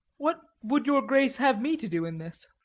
what would your grace have me to do in this?